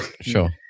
Sure